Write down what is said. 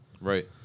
Right